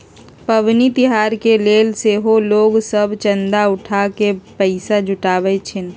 पबनि तिहार के लेल सेहो लोग सभ चंदा उठा कऽ पैसा जुटाबइ छिन्ह